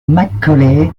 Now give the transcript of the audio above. macaulay